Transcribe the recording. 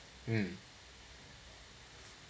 mm